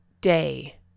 day